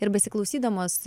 ir besiklausydamos